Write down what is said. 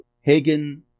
Hagen